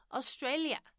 Australia